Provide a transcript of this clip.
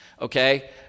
Okay